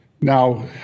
Now